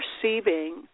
perceiving